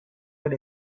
with